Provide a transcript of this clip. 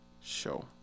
show